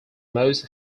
most